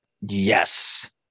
Yes